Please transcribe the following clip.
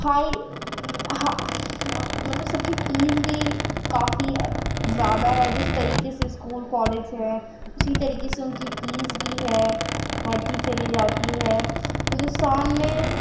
high مطلب سب کی فیس بھی کافی زیادہ ہے جس طریقے سے اسکول کالج ہیں اُسی طریقے سے اُن کی فیس بھی ہے بڑھتی چلی جاتی ہے ہندوستان میں